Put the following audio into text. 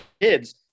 kids